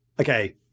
okay